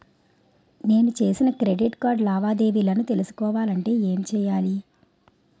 నేను చేసిన credit card లావాదేవీలను తెలుసుకోవాలంటే ఏం చేయాలి?